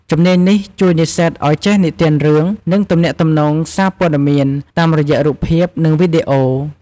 ជំនាញនេះជួយនិស្សិតឱ្យចេះនិទានរឿង និងទំនាក់ទំនងសារព័ត៌មានតាមរយៈរូបភាព និងវីដេអូ។